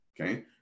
okay